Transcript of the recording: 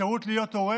האפשרות להיות הורה